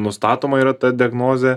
nustatoma yra ta diagnozė